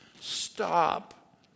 Stop